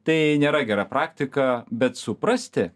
tai nėra gera praktika bet suprasti